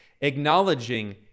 acknowledging